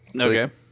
Okay